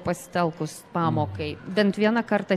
pasitelkus pamokai bent vieną kartą